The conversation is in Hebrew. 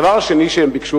הדבר השני שהם ביקשו,